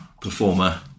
performer